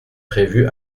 prévue